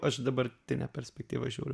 aš dabartinę perspektyvą žiūriu